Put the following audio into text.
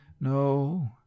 no